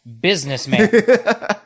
businessman